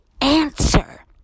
answer